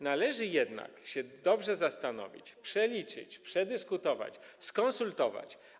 Należy jednak się nad tym dobrze zastanowić, przeliczyć to, przedyskutować, skonsultować.